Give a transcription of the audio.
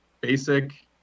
basic